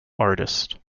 artist